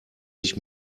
ich